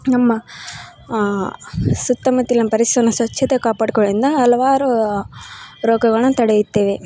ನಮ್ಮ ಸುತ್ತಮುತ್ತಲಿನ ಪರಿಸರನ ಸ್ವಚ್ಛತೆ ಕಾಪಾಡ್ಕೊಳೋದರಿಂದ ಹಲವಾರು ರೋಗಗಳನ್ನು ತಡೆಯುತ್ತೇವೆ